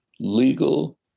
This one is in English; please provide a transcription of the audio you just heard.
legal